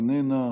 איננה,